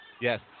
Yes